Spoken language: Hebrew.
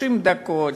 30 דקות,